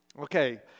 Okay